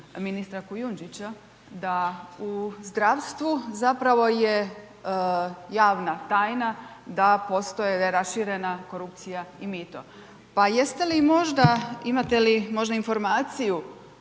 ministra Kujundžića da u zdravstvu zapravo je javna tajna, da postoje, da je raširena korupcija i mito. Pa jeste li možda, imate li možda informaciju